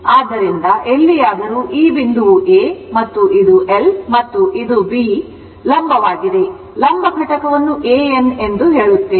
ಆದ್ದರಿಂದ ಎಲ್ಲಿಯಾದರೂ ಈ ಬಿಂದುವು A ಮತ್ತು ಇದು L ಮತ್ತು ಇದು ಲಂಬವಾಗಿದೆ ಲಂಬ ಘಟಕವನ್ನು A N ಎಂದು ಹೇಳುತ್ತೇವೆ